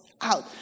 out